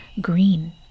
green